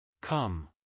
COME